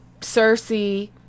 Cersei